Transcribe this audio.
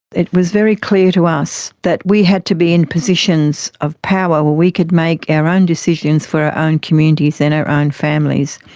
it was very clear to us that we had to be in positions of power where we could make our own decisions for our own communities and our own families.